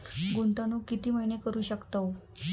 गुंतवणूक किती महिने करू शकतव?